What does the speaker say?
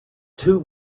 two